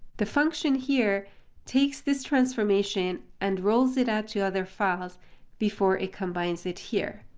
the function here takes this transformation and rolls it out to other files before it combines it here.